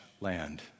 land